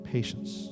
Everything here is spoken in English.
Patience